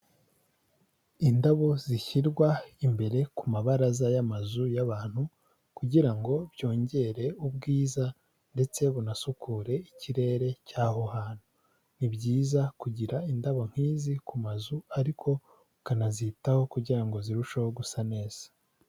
Indabo zishyirwa imbere ku mabaraza y'amazu y'abantu kugira ngo byongere ubwiza ndetse bunasukure ikirere cy'aho hantu, ni byiza kugira indabo nk'izi ku mazu ariko ukanazitaho kugira ngo zirusheho gusa neza.